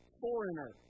foreigner